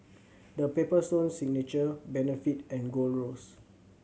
The Paper Stone Signature Benefit and Gold Roast